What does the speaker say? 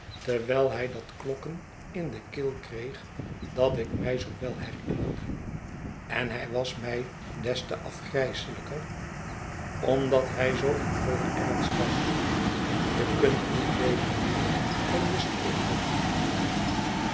terwijl hij dat klokken in de keel kreeg dat ik mij zoo wel herinnerde en hij was mij des te afgrijselijker omdat hij zoo in vollen ernst was je kunt niet beter doen dan je stilhouden lieve jongen